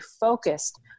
focused